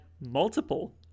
multiple